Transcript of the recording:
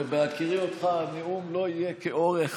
בהכירי אותך, הנאום לא יהיה כאורך